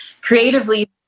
creatively